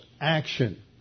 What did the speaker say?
action